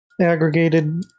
aggregated